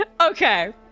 okay